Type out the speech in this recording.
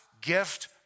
gift